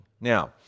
Now